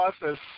process